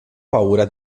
paura